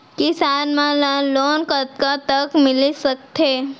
किसान मन ला लोन कतका तक मिलिस सकथे?